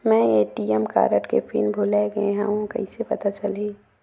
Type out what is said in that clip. मैं ATM card के PIN भुलाए गे हववं कइसे पता चलही?